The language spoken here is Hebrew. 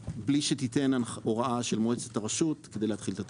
שתיתן הוראה של מועצת הרשות כדי להתחיל את התהליך.